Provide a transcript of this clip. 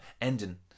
Ending